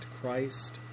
Christ